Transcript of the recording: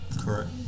Correct